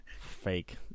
Fake